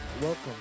Welcome